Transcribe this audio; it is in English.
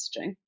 messaging